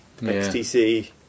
XTC